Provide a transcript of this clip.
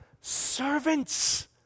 servants